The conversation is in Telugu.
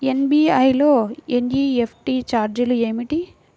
ఎస్.బీ.ఐ లో ఎన్.ఈ.ఎఫ్.టీ ఛార్జీలు ఏమిటి?